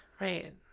Right